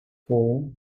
fall